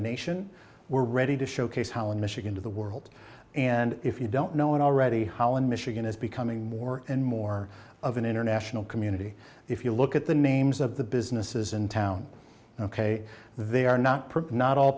nation we're ready to showcase holland michigan to the world and if you don't know it already holland michigan is becoming more and more of an international community if you look at the names of the businesses in town ok they are not